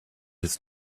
his